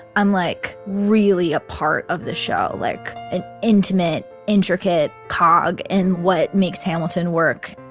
i'm like really a part of the show like an intimate, intricate cog in what makes hamilton work.